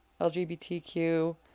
LGBTQ